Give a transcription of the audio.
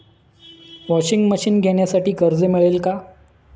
Washing machine घेण्यासाठी कर्ज मिळेल का?